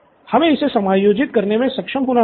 हमें इसे समायोजित करने में सक्षम होना चाहिए